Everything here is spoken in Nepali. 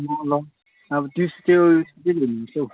अँ ल अब त्यस त्यो